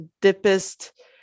deepest